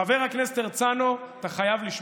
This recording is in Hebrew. חבר הכנסת הרצנו, אתה חייב לשמוע.